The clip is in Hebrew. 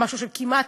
כמעט